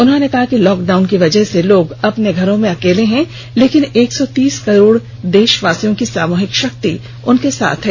उन्होंने कहा कि लॉकडाउन की वजह से लोग अपने घरों में अकेले हैं लेकिन एक सौ तीस करोड़ देशवासियों की सामुहिक शक्ति उनके साथ है